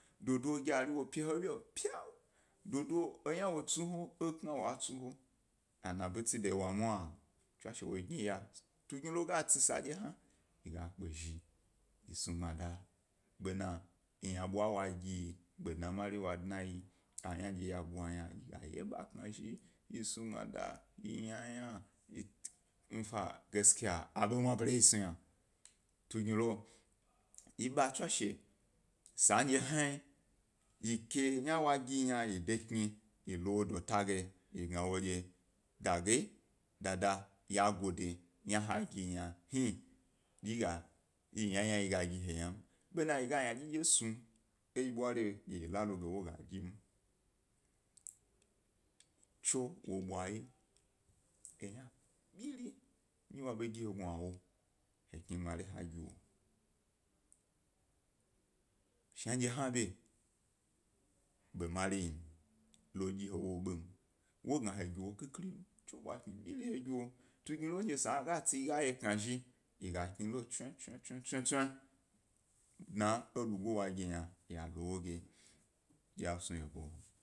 Dodo kyari wo pya he, ewye pynoo, dodo eyna wo tsu he, dodo ekna wo tsi he, ewa de ana ḃatsi wna, wo gni ya. Tugnilo ga tsi sa hna yi gbezhi yi snu gbmada bena yna ḃwa wo gi yi, gbe dna mari wo dnayi, ayna ḃwa yna yi ga eknazhi, yi snu gbmada yi ynayna yna, fa aḃo mwabare ndye yi snu yna. Tugnilo yi ḃa tswashe sandye hna, yi ke kni yna dye wo gi yna yi lo wo dotage, yi gnaw o dye dada ya gode yna ha gi yna hni, yi ynayna he ga gi ha yna be na yi ga ynadyi snu ha ga dyim. Tso wo ḃwa ye yna biri ndye wo yi he gnawa he gi wo gbmari, shnadye hna ḃe ḃomari yi lo dyi he wo bin, wo gna he gi wo khikhirim, tso bwa kni biri he gi wo. Tugni lo ndye esa he ga tsi ye ga yeknazhi ye ga kni lo tsiwyi tsiwyi tsiwyi dna lugu wo gi yi ya lo wo ge yi gna ya gnu yebo.